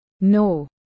No